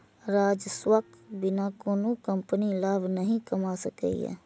राजस्वक बिना कोनो कंपनी लाभ नहि कमा सकैए